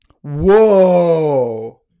whoa